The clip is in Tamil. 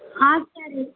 ஆ சரி